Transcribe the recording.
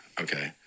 okay